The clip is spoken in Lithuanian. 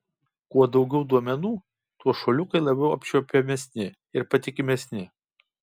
kuo daugiau duomenų tuo šuoliukai labiau apčiuopiamesni ir patikimesni